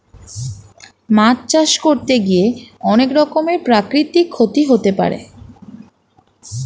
মাছ চাষ করতে গিয়ে অনেক রকমের প্রাকৃতিক ক্ষতি হতে পারে